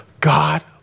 God